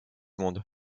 monde